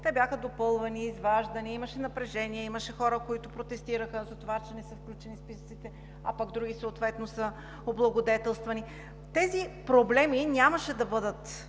бяха допълвани, изваждани, имаше напрежение, имаше хора, които протестираха, затова че не са включени в списъците, а други съответно са облагодетелствани. Тези проблеми нямаше да бъдат